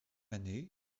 année